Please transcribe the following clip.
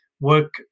work